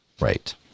Right